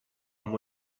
amb